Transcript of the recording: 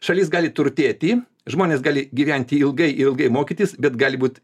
šalis gali turtėti žmonės gali gyventi ilgai ilgai mokytis bet gali būt